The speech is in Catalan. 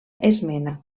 esmena